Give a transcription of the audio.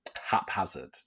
haphazard